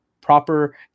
proper